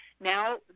Now